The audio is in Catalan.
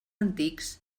antics